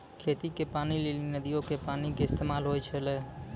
खेती के पानी लेली नदीयो के पानी के इस्तेमाल होय छलै